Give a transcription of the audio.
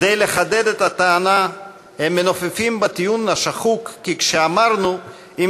כדי לחדד את הטענה הם מנופפים בטיעון השחוק כי כשאמרנו "אם